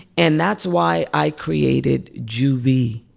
and that's why i created juvee.